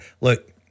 look